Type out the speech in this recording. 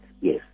yes